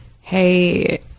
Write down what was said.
Hey